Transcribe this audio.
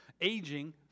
Aging